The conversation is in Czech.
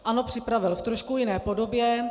Ano, připravil, v trošku jiné podobě.